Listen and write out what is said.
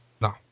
No